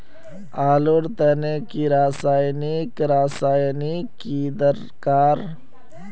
आलूर तने की रासायनिक रासायनिक की दरकार?